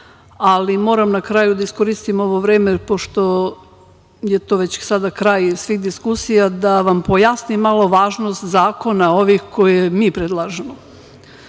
ali moram na kraju da iskoristim ovo vreme, pošto je to već sada kraj svih diskusija, da vam pojasnim malo važnost zakona ovih koje mi predlažemo. Morate